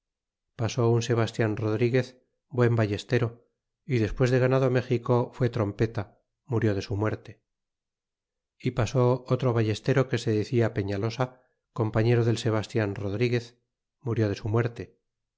pasó un sebastian rodriguez buen ballestero y despues de ganado méxico fue trompeta murió de su muerte e pasó otro ballestero que se decia peñalosa compañero del sebastian rodriguez murió de su muerte